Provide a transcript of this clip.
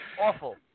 awful